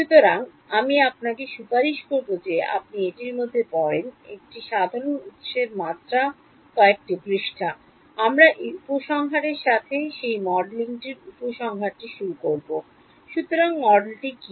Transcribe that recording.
সুতরাং আমি আপনাকে সুপারিশ করব যে আপনি এটির মাধ্যমে পড়েন একটি সাধারণ উত্সের মাত্র কয়েকটি পৃষ্ঠা আমরা এই উপসংহারের সাথে এই মডেলিংয়ের উপসংহারটি শুরু করব সুতরাং বসন্তের মডেলটি কী